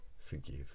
forgive